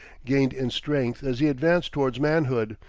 gained in strength as he advanced towards manhood,